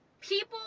people